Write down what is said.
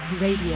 Radio